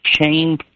shame